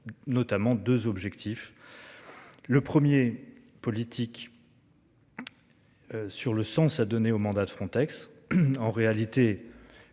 Notamment 2 objectifs. Le 1er politiques. Sur le sens à donner au mandat de Frontex en réalité.